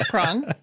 Prong